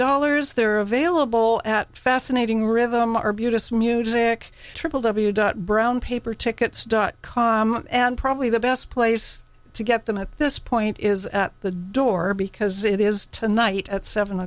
dollars they're available at fascinating rhythm our beautiful music triple w dot brown paper tickets dot com and probably the best place to get them at this point is at the door because it is tonight at seven